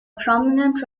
prominent